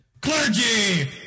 clergy